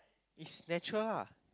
is natural lah